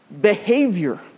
behavior